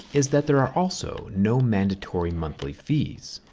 is that there are also no mandatory monthly fees.